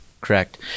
Correct